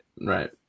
Right